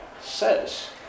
says